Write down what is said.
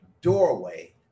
doorway